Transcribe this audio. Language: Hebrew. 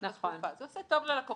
את התקופה זה עושה טוב ללקוחות.